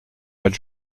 mal